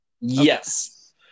Yes